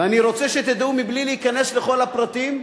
ואני רוצה שתדעו, בלי להיכנס לכל הפרטים,